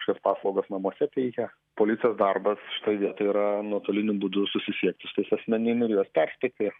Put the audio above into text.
šias paslaugas namuose teikia policijos darbas šitoj vietoj yra nuotoliniu būdu susisiekti su tais asmenim ir perspėti